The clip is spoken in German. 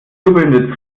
jubelnde